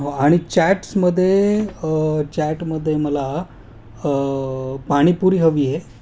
हो आणि चॅट्समध्ये चॅटमध्ये मला पाणीपुरी हवी आहे